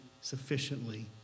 sufficiently